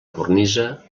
cornisa